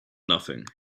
nothing